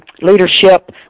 leadership